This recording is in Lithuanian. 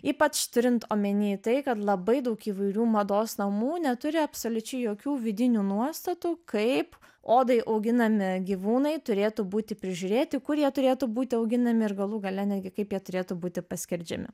ypač turint omeny tai kad labai daug įvairių mados namų neturi absoliučiai jokių vidinių nuostatų kaip odai auginami gyvūnai turėtų būti prižiūrėti kur jie turėtų būti auginami ir galų gale netgi kaip jie turėtų būti paskerdžiami